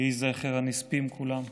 יהי זכר הנספים כולם ברוך.